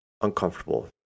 uncomfortable